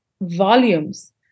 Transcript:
volumes